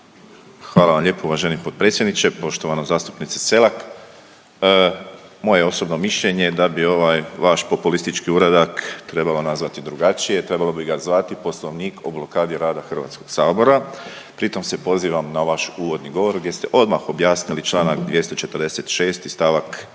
Hvala vam lijepo uvaženi potpredsjedničke, poštovana zastupnice Selak. Moje osobno mišljenje je da bi ovaj vaš populistički uradak trebalo nazvati drugačije. Trebalo bi ga zvati Poslovnik o blokadi rada Hrvatskog sabora. Pri tom se pozivam na vaš uvodni govor, gdje ste odmah objasnili čl. 246. i stavak 2.